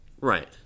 Right